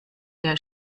der